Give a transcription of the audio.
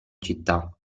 città